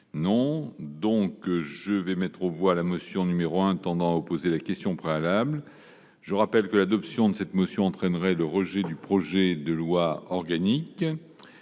sociale. Je mets aux voix la motion n° 1, tendant à opposer la question préalable. Je rappelle que l'adoption de cette motion entraînerait le rejet du projet de loi organique.